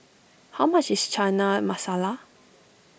how much is Chana Masala